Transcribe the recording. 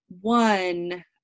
one